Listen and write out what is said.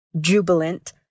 Jubilant